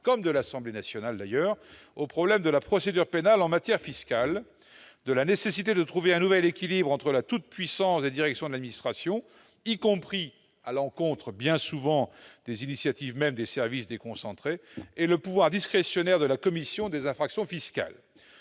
comme de l'Assemblée nationale d'ailleurs, au problème de la procédure pénale en matière fiscale pour trouver un nouvel équilibre entre la toute-puissance des directions de l'administration, y compris à l'encontre, bien souvent, des initiatives mêmes des services déconcentrés, et le pouvoir discrétionnaire de la commission des infractions fiscales,